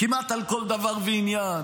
כמעט על כל דבר ועניין,